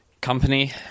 company